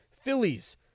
Phillies